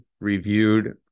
reviewed